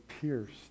pierced